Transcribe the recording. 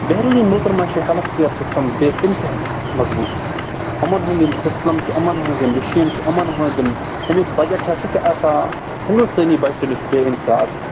بیروٗنی مُلکَن منٛز چھِ ہٮ۪لٕتھ کِیَر سِسٹَم بے اِنتِہا مضبوٗط یِمَن ہُنٛد یِم سِسٹَم چھِ یِمَن ہٕنٛز یِم مِشیٖن چھِ یِمَن ہُنٛد یِم اَمیُک بَجَٹ چھِ سُہ چھِ آسان ہِنٛدُستٲنی بَجٹہٕ نِش بیٚیہِ اِنتِہا آسان